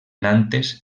nantes